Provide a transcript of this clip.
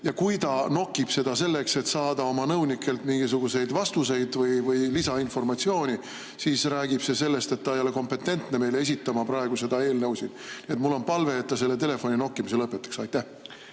Ja kui ta nokib seda selleks, et saada oma nõunikelt mingisuguseid vastuseid või lisainformatsiooni, siis räägib see sellest, et ta ei ole kompetentne meile esitama praegu seda eelnõu. Nii et mul on palve, et ta selle telefoni nokkimise lõpetaks. Jaa.